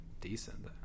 decent